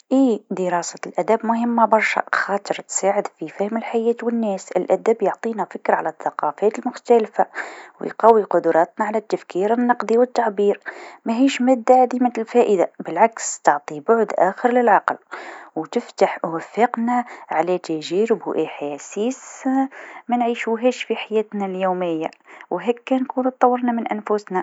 ايه دراسة الأدب مهمه برشا خاطر تساعدك في فهم الحياة و الناس، الأدب يعطينا فكره على الثقافات المختلفة و يقوي قدراتنا على التفكير النقدي و التعبير، ماهيش مادة عديمة الفائده بالعكس تعطي بعد آخر للعقل و تفتح وفاقنا على تجارب و أحاسيس منعيشوهاش في حياتنا اليوميه و هاكا نكونو طورنا من أنفوسنا.